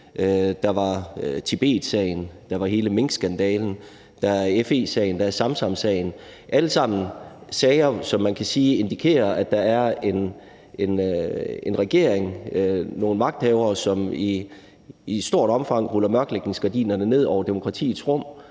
der var Tibetsagen, der var hele minkskandalen, der er FE-sagen, der er Samsam-sagen – alle sammen sager, som man kan sige indikerer, at der er en regering, nogle magthavere, som i stort omfang ruller mørklægningsgardinerne ned over demokratiets rum,